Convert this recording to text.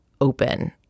open